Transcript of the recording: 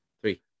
three